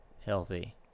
healthy